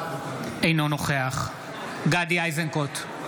אינו נוכח גדי איזנקוט,